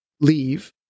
leave